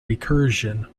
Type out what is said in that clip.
recursion